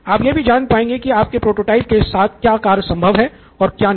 आप यह भी जान पाएंगे कि आपके प्रोटोटाइप के साथ क्या कार्य संभव है और क्या नहीं